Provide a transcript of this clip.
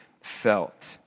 felt